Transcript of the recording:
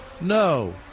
No